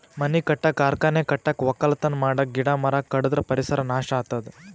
ಮನಿ ಕಟ್ಟಕ್ಕ್ ಕಾರ್ಖಾನಿ ಕಟ್ಟಕ್ಕ್ ವಕ್ಕಲತನ್ ಮಾಡಕ್ಕ್ ಗಿಡ ಮರ ಕಡದ್ರ್ ಪರಿಸರ್ ನಾಶ್ ಆತದ್